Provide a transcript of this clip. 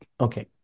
Okay